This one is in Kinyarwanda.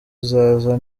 uzaza